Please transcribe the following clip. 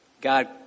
God